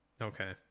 okay